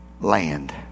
land